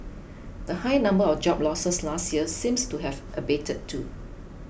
the high number of job losses last year seems to have abated too